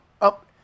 up